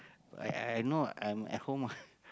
I I I know I'm at home ah